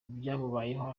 byamubayeho